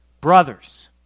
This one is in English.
Brothers